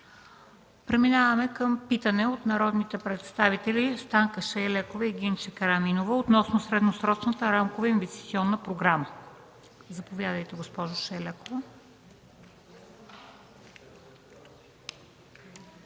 Преминаваме към питане от народните представители Станка Шайлекова и Гинче Караминова относно Средносрочната рамкова инвестиционна програма. Заповядайте, госпожо Шайлекова.